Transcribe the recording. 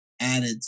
added